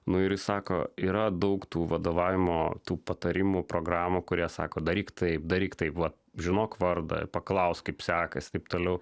nu ir jis sako yra daug tų vadovavimo tų patarimų programų kuri sako daryk taip daryk taip va žinok vardą ir paklausk kaip sekasi taip toliau